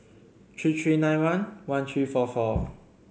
three three nine one one three four four